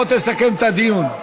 בוא תסכם את הדיון.